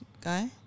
guy